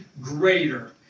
greater